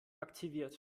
aktiviert